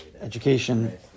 education